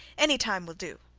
any time will do.